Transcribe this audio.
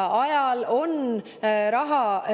ajal raha külvasid